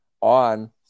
on